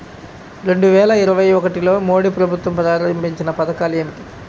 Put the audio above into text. రెండు వేల ఇరవై ఒకటిలో మోడీ ప్రభుత్వం ప్రారంభించిన పథకాలు ఏమిటీ?